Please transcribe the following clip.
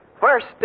first